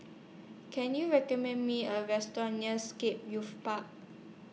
Can YOU recommend Me A Restaurant near Scape Youth Park